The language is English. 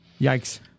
Yikes